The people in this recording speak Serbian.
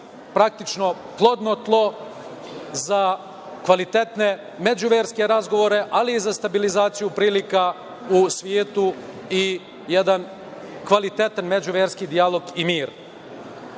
praktično plodno tlo za kvalitetne međuverske razgovore, ali i za stabilizaciju prilika u svetu i jedan kvalitetan međuverski dijalog i mir.U